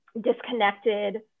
disconnected